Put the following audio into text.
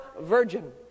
virgin